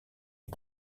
est